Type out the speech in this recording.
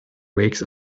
wakes